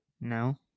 No